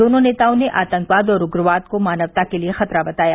दोनों नेताओं ने आतंकवाद और उग्रवाद को मानवता के लिए खतरा बताया